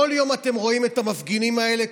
כל יום אתם רואים את המפגינים האלה,